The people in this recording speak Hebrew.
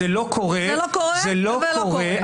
זה לא קורה ולא קורה.